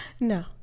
No